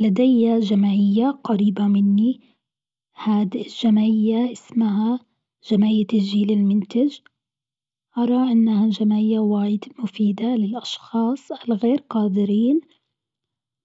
لدي جمعية قريبة مني، هاد الجمعية اسمها جمعية الجيل المنتج، أرى إنها جمعية واجد مفيدة للأشخاص الغير قادرين،